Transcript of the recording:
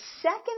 second